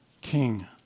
King